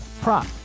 prop